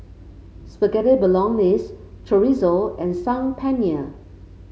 Spaghetti Bolognese Chorizo and Saag Paneer